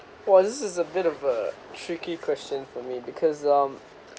!wah! this is a bit of a tricky question for me because um